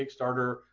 Kickstarter